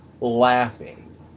laughing